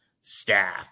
staff